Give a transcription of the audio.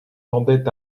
tendait